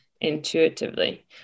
intuitively